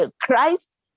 Christ